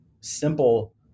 simple